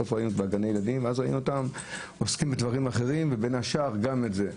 ראינו אותם עוסקים בדברים אחרים ובין השאר גם בזה.